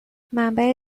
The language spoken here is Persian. منبع